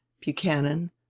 Buchanan